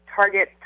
target